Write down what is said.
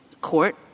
court